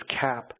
cap